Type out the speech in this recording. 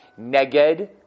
Neged